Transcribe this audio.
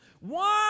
One